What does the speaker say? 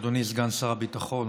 אדוני סגן שר הביטחון,